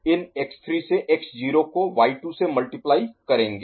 इन x3 से x0 को y2 से मल्टीप्लाई Multiply गुणा करेंगे